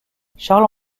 charles